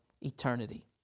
eternity